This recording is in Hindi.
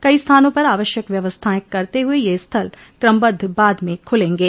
कई स्थानों पर आवश्यक व्यवस्थाएं करते हुए यह स्थल क्रमबद्ध बाद में खुलेंगे